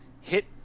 hit